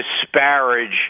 disparage